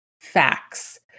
facts